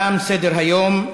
תם סדר-היום.